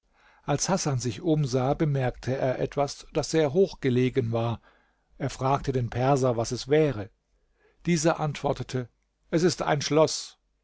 als hasan sich umsah bemerkte er etwas das sehr hochgelegen war er frage den perser was es wäre dieser antwortete es ist ein schloß